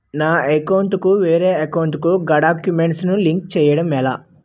నా అకౌంట్ కు వేరే అకౌంట్ ఒక గడాక్యుమెంట్స్ ను లింక్ చేయడం ఎలా?